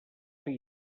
fer